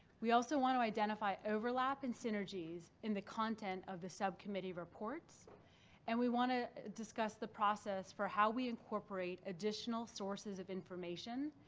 we also want to identify overlap and synergies in the content of the subcommittee reports and we want to discuss the process for how we incorporate additional sources of information.